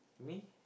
me